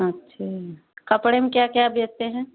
अच्छे कपड़े में क्या क्या बेचते हैं